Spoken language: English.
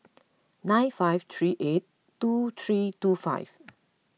nine five three eight two three two five